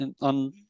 on